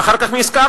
ואחר כך נזכרתי,